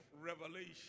revelation